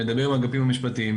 נדבר עם האגפים המשפטיים.